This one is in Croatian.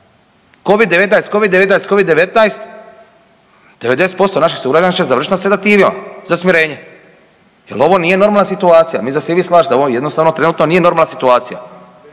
Covid-19, Covid-19, Covid-19 90% naših sugrađana će završiti na sedativima za smirenja jel ovo nije normalna situacija, mislim da se i vi slažete ovo jednostavno trenutno nije normalna situacija.